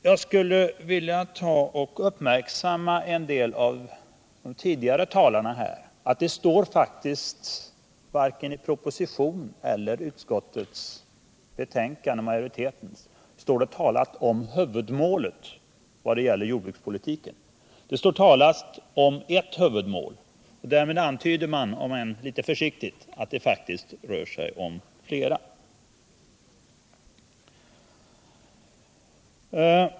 Jag skulle vilja göra en del av de tidigare talarna uppmärksamma på att det faktiskt inte, i vare sig propositionen eller utskottsmajoritetens betänkande, står talat om huvudmålet för jordbrukspolitiken. Det står talat om ett huvudmål. Därmed antyder man, om än litet försiktigt, att det faktiskt rör sig om fler.